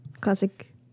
Classic